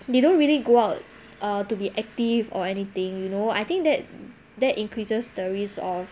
they don't really go out err to be active or anything you know I think that that increases the risk of